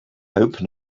hope